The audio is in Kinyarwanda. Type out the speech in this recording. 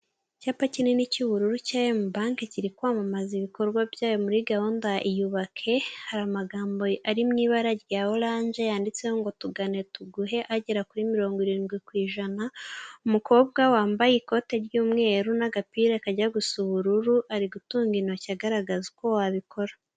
Icyapa kinini cy'ubururu cya I&M bank kiri kwamamaza ibikorwa byayo muri gahunda ya iyubake, hari amagambo ari mu ibara rya oranje yanditseho ngo tugane tuguhe agera kuri mirongo irindwi ku ijana, umukobwa wambaye ikote ry'umweru n'agapira kajya gusa ubururu ari gutunga intoki agaragaza uko wabikora.